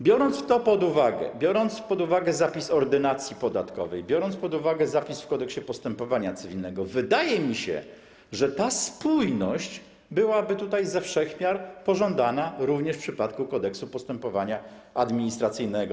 Biorąc to pod uwagę, biorąc pod uwagę zapis Ordynacji podatkowej, biorąc pod uwagę zapis w Kodeksie postępowania cywilnego, wydaje mi się, że ta spójność byłaby tutaj ze wszech miar pożądana również w przypadku Kodeksu postępowania administracyjnego.